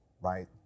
right